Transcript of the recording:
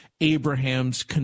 Abraham's